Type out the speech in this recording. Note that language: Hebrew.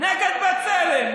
לא היית מדבר פה בכלל.